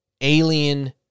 alien